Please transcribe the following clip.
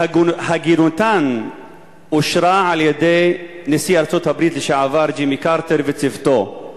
שהגינותן אושרה על-ידי נשיא ארצות-הברית לשעבר ג'ימי קרטר וצוותו.